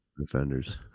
defenders